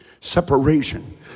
Separation